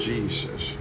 Jesus